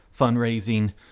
fundraising